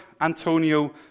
Antonio